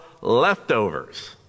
leftovers